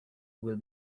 will